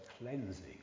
cleansing